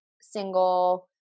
single